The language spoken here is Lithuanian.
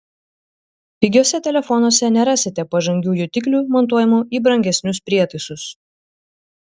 pigiuose telefonuose nerasite pažangių jutiklių montuojamų į brangesnius prietaisus